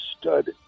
stud